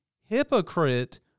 hypocrite